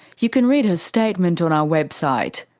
you can read her statement on our website.